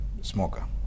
smoker